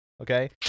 okay